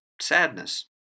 sadness